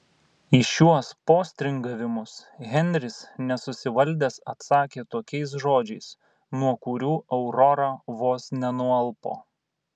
į šiuos postringavimus henris nesusivaldęs atsakė tokiais žodžiais nuo kurių aurora vos nenualpo